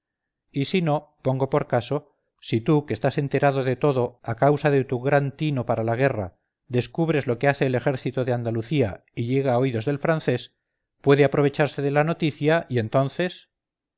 y sino pongo por caso si tú que estás enterado de todo a causa de tu gran tino para la guerra descubres lo que hace el ejército de andalucía y llega a oídos del francés puede aprovecharse de la noticia y entonces